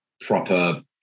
proper